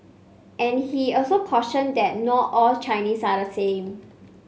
and he also cautioned that not all Chinese are the same